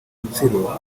rutsiro